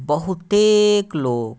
बहुतेक लोक